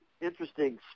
interesting